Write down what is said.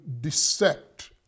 dissect